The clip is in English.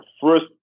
first